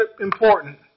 important